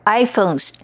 iPhones